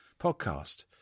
podcast